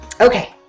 Okay